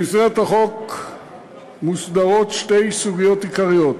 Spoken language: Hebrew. במסגרת החוק מוסדרות שתי סוגיות עיקריות: